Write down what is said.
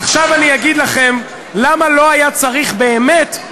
עכשיו אגיד לכם למה לא היה צריך באמת,